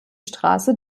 straße